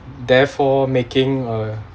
therefore making uh